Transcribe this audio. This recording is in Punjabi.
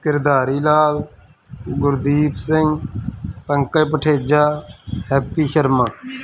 ਕਿਰਦਾਰੀ ਲਾਲ ਗੁਰਦੀਪ ਸਿੰਘ ਪੰਕਜ ਪਠੇਜਾ ਹੈਪੀ ਸ਼ਰਮਾ